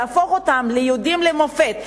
להפוך אותם ליהודים למופת,